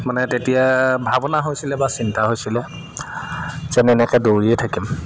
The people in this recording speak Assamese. মানে তেতিয়া ভাৱনা হৈছিলে বা চিন্তা হৈছিলে যেন এনেকৈ দৌৰিয়ে থাকিম